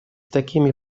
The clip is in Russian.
такими